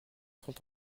sont